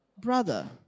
brother